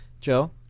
Joe